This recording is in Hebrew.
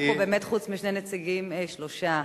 לא נשארו פה באמת חוץ משניים-שלושה נציגים.